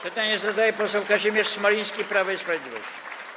Pytanie zadaje poseł Kazimierz Smoliński, Prawo i Sprawiedliwość.